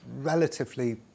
relatively